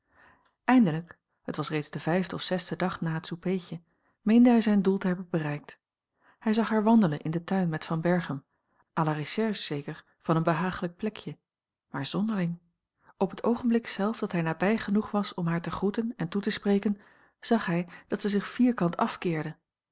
eindelijk het was reeds de vijfde of zesde dag na het soupeetje meende hij zijn doel te hebben bereikt hij zag haar wandelen in den tuin met van berchem à la recherche zeker van een behagelijk plekje maar zonderling op het oogenblik zelf dat hij nabij genoeg was om haar te groeten en toe te spreken zag hij dat zij zich vierkant afkeerde